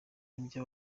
nibyo